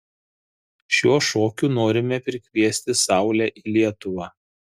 šiuo šokiu norime prikviesti saulę į lietuvą